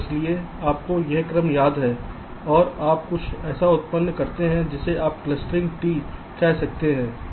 इसलिए आपको यह क्रम याद है और आप कुछ ऐसा उत्पन्न करते हैं जिसे आप क्लस्टिंग ट्री कह सकते हैं